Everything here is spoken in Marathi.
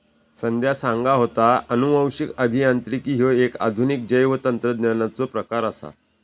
संध्या सांगा होता, अनुवांशिक अभियांत्रिकी ह्यो एक आधुनिक जैवतंत्रज्ञानाचो प्रकार आसा